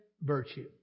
virtue